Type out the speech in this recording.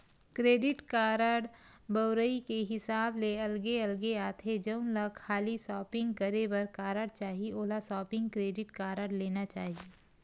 credit card बउरई के हिसाब ले अलगे अलगे आथे, जउन ल खाली सॉपिंग करे बर कारड चाही ओला सॉपिंग क्रेडिट कारड लेना चाही